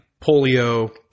polio